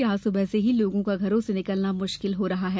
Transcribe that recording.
यहां सुबह से ही लोगों का घरों से निकलना मुश्किल हो रहा है